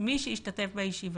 מי שהשתתף בישיבה,